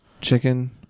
chicken